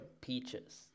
peaches